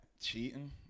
Cheating